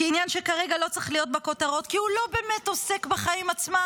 כעניין שכרגע לא צריך להיות בכותרות כי הוא לא באמת עוסק בחיים עצמם,